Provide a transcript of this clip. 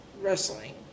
Wrestling